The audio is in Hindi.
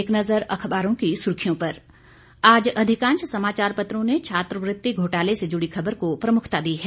एक नज़र अखबारों की सुर्खियों पर आज अधिकांश समाचार पत्रों ने छात्रवृत्ति घोटाले से जुड़ी खबर को प्रमुखता दी है